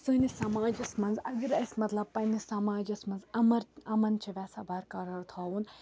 سٲنِس سماجَس منٛز اگر اَسہِ مطلب پنٛنِس سماجَس منٛز اَمر اَمَن چھِ یژھان برقرار تھاوُن